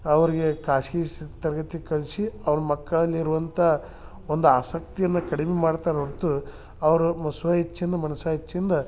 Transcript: ಅವರಿಗೆ ಖಾಸ್ಗಿ ತರ್ಗತಿಗೆ ಕಳಿಸಿ ಅವ್ರ ಮಕ್ಕಳಲ್ಲಿ ಇರುವಂಥ ಒಂದು ಆಸಕ್ತಿಯನ್ನ ಕಡಿಮೆ ಮಾಡ್ತಾರೆ ಹೊರ್ತು ಅವರು ಮ ಸ್ವ ಇಚ್ಛೆಯಿಂದ ಮನಸಾ ಇಚ್ಛೆಯಿಂದ